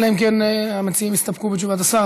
אלא אם כן המציעים יסתפקו בתשובת השר,